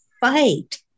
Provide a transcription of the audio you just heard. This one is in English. fight